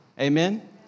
Amen